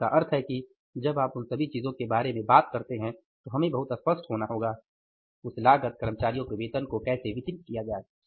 तो इसका मतलब है कि जब आप उन सभी चीजों के बारे में बात करते हैं तो हमें बहुत स्पष्ट होना होगा उस लागत कर्मचारियों के वेतन को कैसे वितरित किया जाए